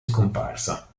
scomparsa